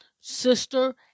sister